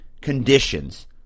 conditions